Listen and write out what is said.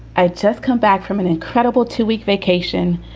i just come back from an incredible two week vacation.